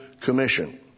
Commission